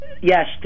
Yes